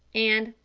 and,